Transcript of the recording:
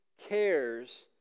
cares